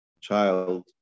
child